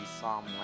Psalm